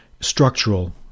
structural